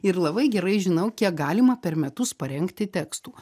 ir labai gerai žinau kiek galima per metus parengti tekstų